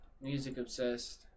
music-obsessed